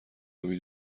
آبی